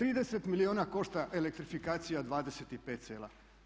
30 milijuna košta elektrifikacija 25 sela.